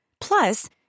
Plus